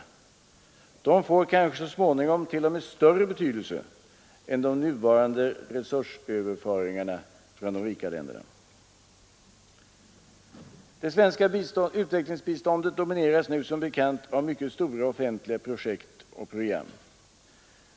De får kanske så småningom t.o.m. större betydelse än de nuvarande resursöverföringarna från de rika länderna. Det svenska utvecklingsbiståndet domineras nu som bekant av mycket stora offentliga projekt och program.